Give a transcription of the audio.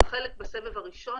בסבב הראשון,